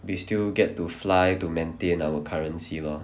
we still get to fly to maintain our currency lor